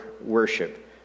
worship